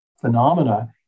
phenomena